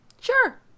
Sure